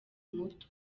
muto